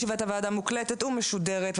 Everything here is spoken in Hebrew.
ישיבת הוועדה מוקלטת ומשודרת,